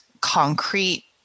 concrete